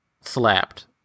slapped